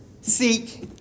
seek